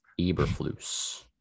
Eberflus